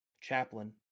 chaplain